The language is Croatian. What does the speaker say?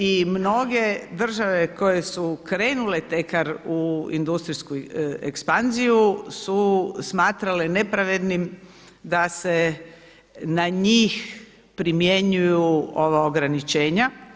I mnoge države koje su krenule u industrijsku ekspanziju su smatrale nepravednim da se na njih primjenjuju ova ograničenja.